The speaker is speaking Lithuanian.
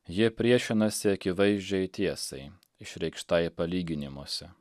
jie priešinasi akivaizdžiai tiesai išreikštai palyginimuose